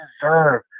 deserve